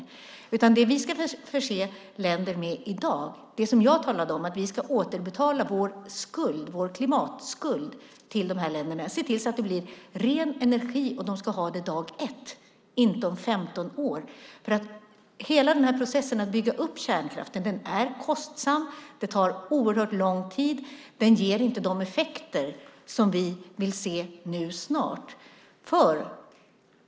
Det vi i dag ska förse länder med, det jag avsåg när jag sade att vi ska återbetala vår klimatskuld, är att se till att de får ren energi, och de ska ha den från dag ett, inte om 15 år. Processen att bygga upp kärnkraften är kostsam, tar oerhört lång tid och ger inte de effekter som vi vill se inom en snar framtid.